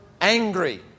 angry